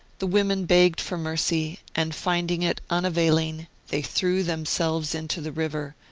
the women begged for mercy, and finding it unavailing they threw themselves into the river,